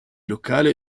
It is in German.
lokale